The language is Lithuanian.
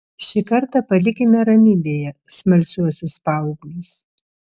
šį kartą palikime ramybėje smalsiuosius paauglius